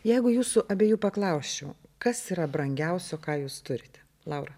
jeigu jūsų abiejų paklausčiau kas yra brangiausio ką jūs turite laura